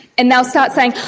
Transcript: and they'll start saying,